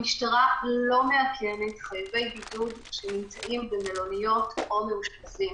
המשטרה לא מאכנת חייבי בידוד שנמצאים במלוניות או מאושפזים.